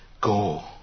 go